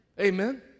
Amen